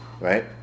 Right